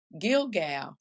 Gilgal